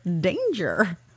Danger